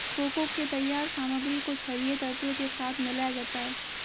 cocoa के तैयार सामग्री को छरिये तत्व के साथ मिलाया जाता है